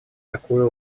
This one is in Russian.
такую